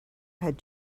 had